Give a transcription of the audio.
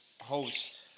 host